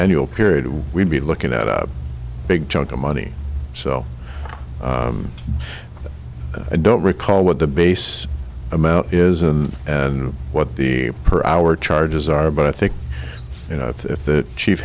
annual period we'd be looking at a big chunk of money so i don't recall what the base amount is and what the per hour charges are but i think you know if the ch